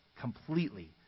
completely